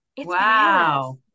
Wow